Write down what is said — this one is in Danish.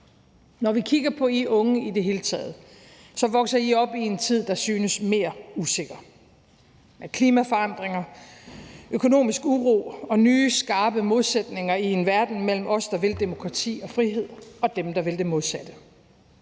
Når vi kigger på jer unge i det hele taget, vokser I op i en tid, der synes mere usikker med klimaforandringer, økonomisk uro og nye skarpe modsætninger i verden mellem os, der vil demokrati og frihed, og dem, der vil det modsatte.